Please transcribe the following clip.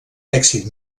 èxit